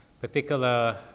particular